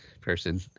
person